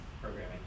Programming